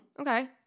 Okay